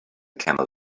camel